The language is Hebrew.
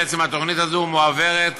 התוכנית הזו מועברת